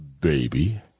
baby